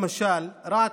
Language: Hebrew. למשל רהט,